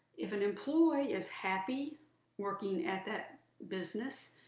if an employee is happy working at that business,